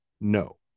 no